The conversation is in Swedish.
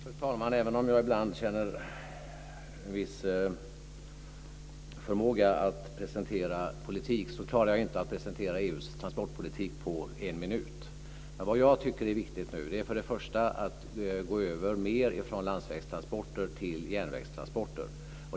Fru talman! Även om jag ibland känner att jag har en viss förmåga att presentera politik klarar jag inte att presentera EU:s transportpolitik på en minut. Men vad jag tycker är viktigt nu är först och främst att gå över från landsvägstransporter till mer av järnvägstransporter.